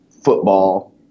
football